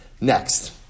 Next